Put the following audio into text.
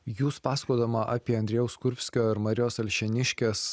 jūs pasakodama apie andrėjaus kurbskio ir marijos alšėniškės